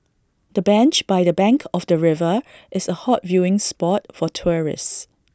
the bench by the bank of the river is A hot viewing spot for tourists